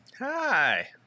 hi